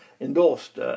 endorsed